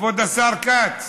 כבוד השר כץ.